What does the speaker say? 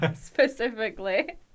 specifically